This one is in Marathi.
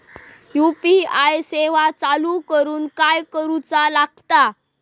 यू.पी.आय सेवा चालू करूक काय करूचा लागता?